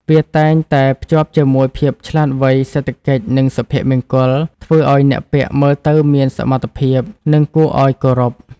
វាតែងតែភ្ជាប់ជាមួយភាពឆ្លាតវៃ សេដ្ឋកិច្ច និងសុភមង្គលធ្វើឲ្យអ្នកពាក់មើលទៅមានសមត្ថភាព និងគួរឲ្យគោរព។